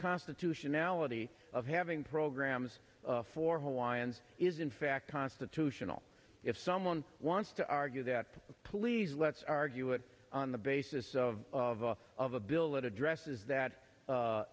constitutionality of having programs for hawaiians is in fact constitutional if someone wants to argue that please let's argue it on the basis of of a bill that addresses that